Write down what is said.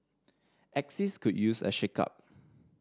axis could use a shakeup